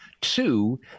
two